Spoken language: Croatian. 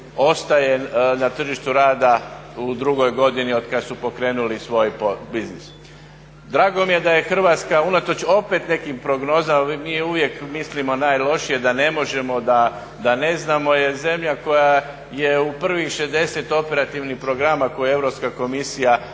ostaje na tržištu rada u drugoj godini otkad su pokrenuli svoj biznis. Drago mi je da je Hrvatska unatoč opet nekim prognozama, mi uvijek mislimo najlošije, da ne možemo, da ne znamo je zemlja koja je u prvih 60 operativnih programa koje je Europska komisija